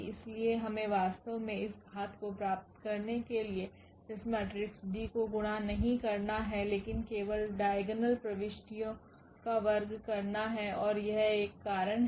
इसलिए हमें वास्तव में इस घात को प्राप्त करने के लिए इस मेट्रिसेस D को गुणा नहीं करना है लेकिन केवल डाइगोनल प्रविष्टियों का वर्ग करना है और यह एक कारण है